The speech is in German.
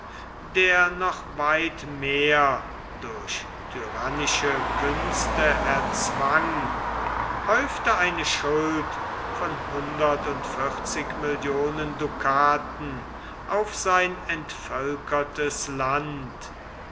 der noch weit mehr durch tyrannische künste erzwang häufte eine schuld von hundert und vierzig millionen ducaten auf sein entvölkertes land